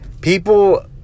people